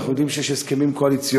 ואנחנו יודעים שיש הסכמים קואליציוניים,